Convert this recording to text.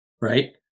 right